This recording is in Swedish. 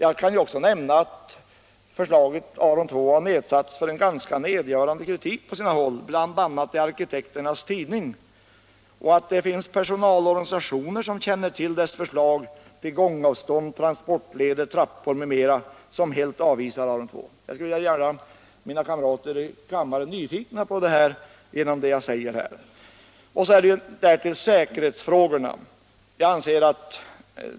Jag kan också nämna att Aron II har utsatts för en ganska nedgörande kritik på olika håll, bl.a. i arkitekternas tidning, och att de personalorganisationer som känner till dess förslag till gångavstånd, transportleder, trappor m.m. helt avvisar Aron II. Jag skulle vilja göra mina kamrater här i kammaren nyfikna på detta. Därtill kommer säkerhetsfrågorna.